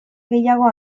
gehiago